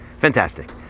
Fantastic